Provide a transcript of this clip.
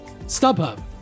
StubHub